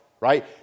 right